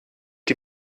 die